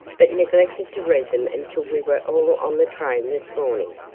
but neglected to read them until we were all on the train this morning.